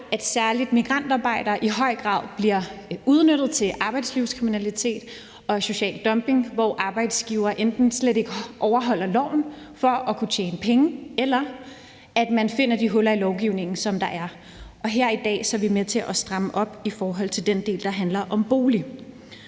at særlig migrantarbejdere i høj grad bliver udnyttet til arbejdslivskriminalitet og social dumping, hvor arbejdsgivere enten slet ikke overholder loven for at kunne tjene penge, eller hvor man finder de huller i lovgivningen, som der er. Her i dag er vi med til at stramme op i forhold til den del, der handler om bolig.